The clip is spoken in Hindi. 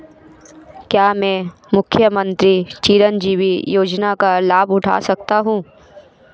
क्या मैं मुख्यमंत्री चिरंजीवी योजना का लाभ उठा सकता हूं?